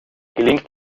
gelingt